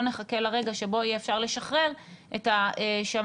נחכה לרגע שבו יהיה אפשר לשחרר את השמים,